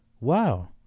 Wow